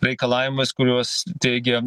reikalavimais kuriuos teigia